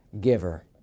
giver